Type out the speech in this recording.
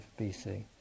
BC